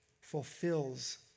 fulfills